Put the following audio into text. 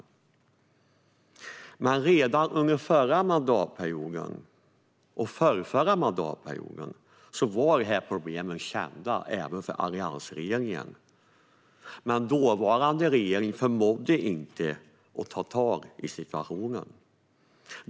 Redan under förra och förrförra mandatperioden var problemen kända även för alliansregeringen, men den dåvarande regeringen förmådde inte ta tag i situationen.